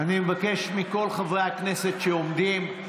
אני מבקש מכל חברי הכנסת שעומדים,